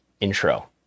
intro